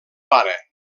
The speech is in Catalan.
pare